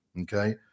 Okay